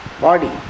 Body